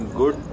good